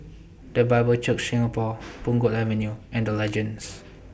The Bible Church Singapore Punggol Avenue and The Legends